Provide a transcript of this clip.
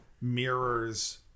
mirrors